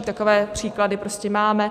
Takové případy prostě máme.